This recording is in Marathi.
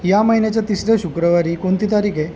या महिन्याच्या तिसऱ्या शुक्रवारी कोणती तारीख आहे